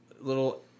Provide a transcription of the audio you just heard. little